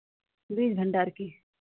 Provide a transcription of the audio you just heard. बीज भण्डार की